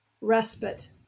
respite